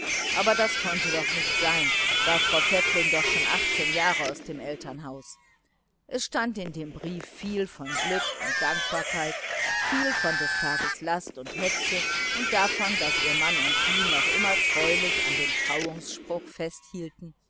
aber das konnte doch nicht sein war frau pfäffling doch schon jahre aus dem elternhaus es stand in dem brief viel von glück und dankbarkeit viel von des tages last und hitze und davon daß ihr mann und sie noch immer treulich an dem trauungsspruch festhielten